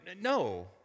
No